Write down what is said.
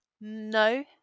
no